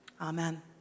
Amen